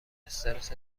استرس